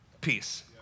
peace